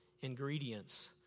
ingredients